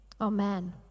Amen